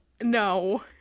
No